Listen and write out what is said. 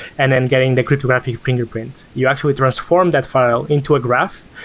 and then getting the cryptographic fingerprint. you actually transform that file into a graph,